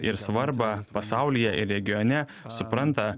ir svarbą pasaulyje ir regione supranta